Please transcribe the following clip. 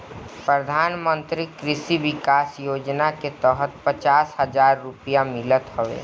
प्रधानमंत्री कृषि विकास योजना के तहत पचास हजार रुपिया मिलत हवे